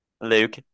Luke